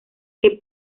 que